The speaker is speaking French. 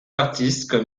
artistes